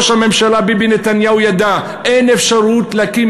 ראש הממשלה ביבי נתניהו ידע: אין אפשרות להקים